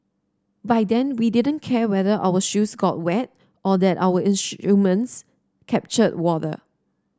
by then we didn't care whether our shoes got wet or that our instruments captured water